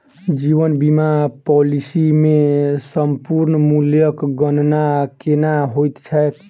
जीवन बीमा पॉलिसी मे समर्पण मूल्यक गणना केना होइत छैक?